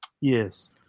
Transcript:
Yes